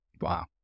Wow